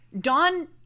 Don